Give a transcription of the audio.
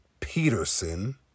Peterson